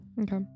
Okay